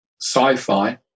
sci-fi